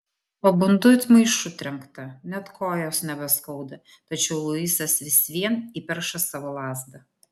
pabundu it maišu trenkta net kojos nebeskauda tačiau luisas vis vien įperša savo lazdą